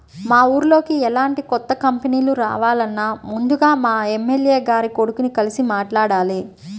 మా ఊర్లోకి ఎలాంటి కొత్త కంపెనీలు రావాలన్నా ముందుగా మా ఎమ్మెల్యే గారి కొడుకుని కలిసి మాట్లాడాలి